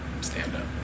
stand-up